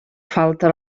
falta